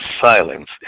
silence